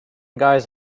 guys